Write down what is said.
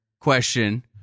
question